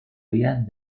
días